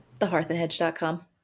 thehearthandhedge.com